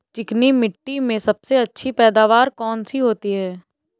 चिकनी मिट्टी में सबसे अच्छी पैदावार कौन सी होती हैं?